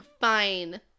fine